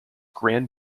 grand